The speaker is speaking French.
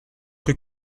que